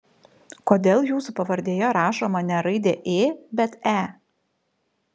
kodėl jūsų pavardėje rašoma ne raidė ė bet e